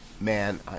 Man